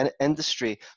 industry